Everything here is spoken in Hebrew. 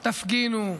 תפגינו,